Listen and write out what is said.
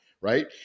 right